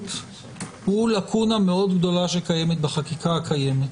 השקיפות הוא לקונה מאוד גדולה שקיימת בחקיקה הקיימת.